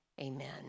amen